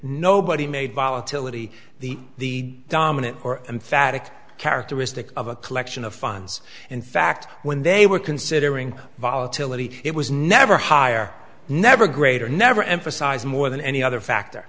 nobody made volatility the dominant or emphatic characteristic of a collection of funds in fact when they were considering volatility it was never hire never greater never emphasize more than any other factor